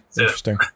Interesting